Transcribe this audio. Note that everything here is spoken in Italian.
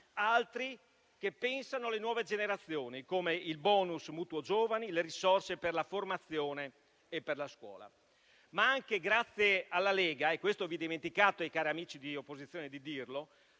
altri che pensano alle nuove generazioni, come il bonus mutuo giovani, le risorse per la formazione e la scuola. Grazie anche alla Lega - e questo vi dimenticate di dirlo, cari amici dell'opposizione - c'è